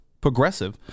Progressive